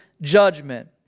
judgment